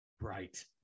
Right